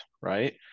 right